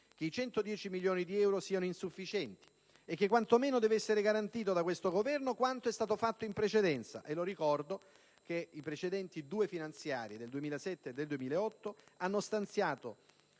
che i 110 milioni di euro siano insufficienti e che, quantomeno, deve essere garantito da questo Governo quanto è stato fatto in precedenza. E ricordo che le precedenti due finanziarie hanno stanziato